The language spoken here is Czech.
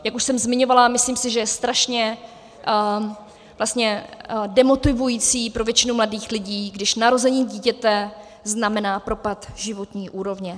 Jak už jsem zmiňovala, myslím si, že je strašně demotivující pro většinu mladých lidí, když narození dítěte znamená propad životní úrovně.